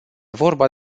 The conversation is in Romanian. vorba